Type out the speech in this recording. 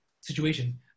situation